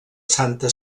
santa